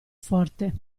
forte